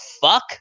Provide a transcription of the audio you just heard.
fuck